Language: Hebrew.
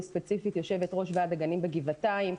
אני ספציפית יושבת-ראש ועד הגנים בגבעתיים.